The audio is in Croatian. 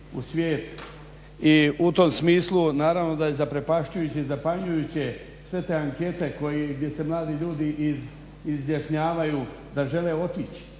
u svijet i u tom smislu naravno da je zaprepašćujuće i zapanjujuće sve te ankete gdje se mladi ljudi izjašnjavaju da žele otići.